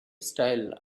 style